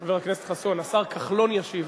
חבר הכנסת חסון, השר כחלון ישיב.